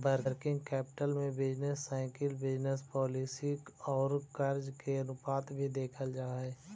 working capital में business cycle business policy औउर कर्ज के अनुपात भी देखल जा हई